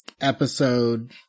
episode